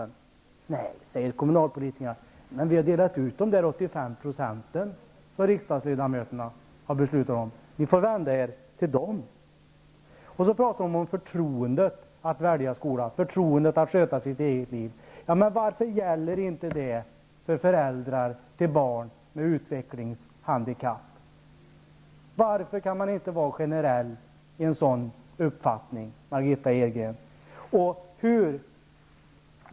Nej, svarar kommunalpolitikerna, men vi har delat ut de 85 % som riksdagsledamöterna har beslutat om. Ni får vända er till dem. Margitta Edgren talar om förtroendet att välja skola, att sköta sitt eget liv. Men varför gäller inte det för föräldrar till barn med utvecklingshandikapp? Varför kan man inte vara generell i en sådan uppfattning, Margitta Edgren?